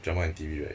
drama and T_V right